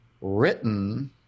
written